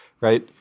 right